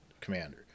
commander